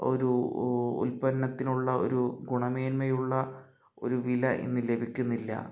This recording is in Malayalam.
ഒരു ഉ ഉത്പന്നത്തിനുള്ള ഒരു ഗുണമേന്മയുള്ള ഒരു വില ഇന്ന് ലഭിക്കുന്നില്ല